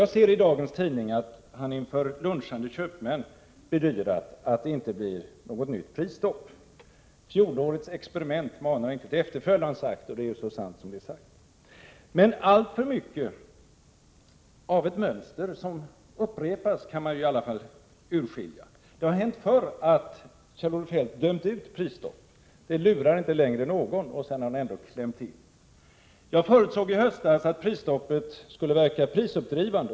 Jag ser i dagens tidning att finansministern inför lunchande köpmän bedyrat att det inte blir något nytt prisstopp. Fjolårets experiment manar inte till efterföljd har han sagt, och det är så sant som det är sagt. Men alltför mycket av ett mönster som upprepas kan man i alla fall urskilja. Det har hänt förr att Kjell-Olof Feldt dömt ut prisstopp — det lurar inte längre någon — men sedan har han trots detta infört ett prisstopp. Jag förutsåg i höstas att prisstoppet skulle verka prisuppdrivande.